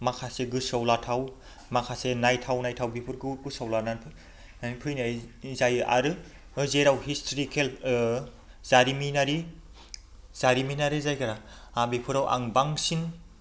माखासे गोसोआव लाथाव माखासे नायथाव नायथाव बेफोरखौ गोसोआव लानानै फैनाय जायो आरो जेराव हिस्ट्रिकेल जारिमिनारि जारिमिनारि जायगा आं बेफोराव आं बांसिन